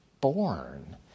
born